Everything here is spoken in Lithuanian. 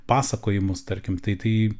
pasakojimus tarkim tai tai